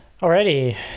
Already